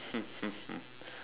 hmm hmm hmm